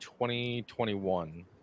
2021